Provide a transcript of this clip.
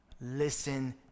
Listen